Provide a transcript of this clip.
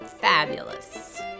Fabulous